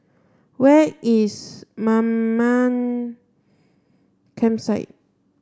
where is Mamam Campsite